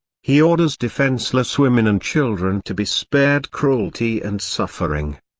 he orders defenseless women and children to be spared cruelty and suffering.